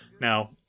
Now